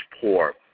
poor